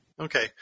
Okay